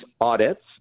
audits